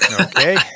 Okay